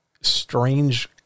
strange